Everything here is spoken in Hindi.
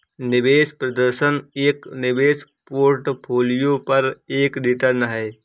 निवेश प्रदर्शन एक निवेश पोर्टफोलियो पर एक रिटर्न है